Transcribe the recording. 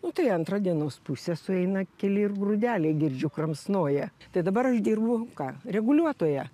nu tai antrą dienos puse sueina keli ir grūdeliai girdžiu kramsnoja tai dabar aš dirbu ką reguliuotoja